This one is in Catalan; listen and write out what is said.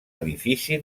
edifici